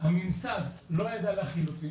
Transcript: הממסד לא ידע להכיל אותי